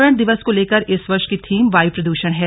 पर्यावरण दिवस को लेकर इस वर्ष की थीम वाय प्रद्षण है